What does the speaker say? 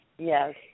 Yes